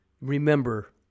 Remember